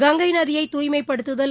கங்கைநதியை தூய்மைப்படுத்துதல்